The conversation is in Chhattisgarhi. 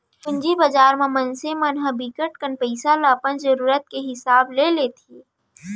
पूंजी बजार म मनसे मन ह बिकट कन पइसा ल अपन जरूरत के हिसाब ले लेथे